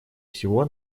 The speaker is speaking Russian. всего